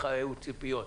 אלה היו הציפיות.